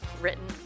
written